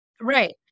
Right